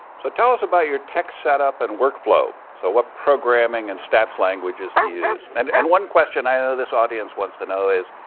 so tell us about your tech set-up and workflow. so what programming and stats languages do you use? and and one question i know this audience wants to know is,